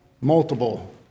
multiple